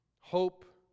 Hope